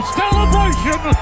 celebration